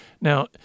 Now